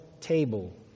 table